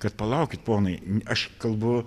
kad palaukit ponai aš kalbu